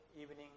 evening